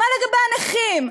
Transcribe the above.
מה לגבי הנכים?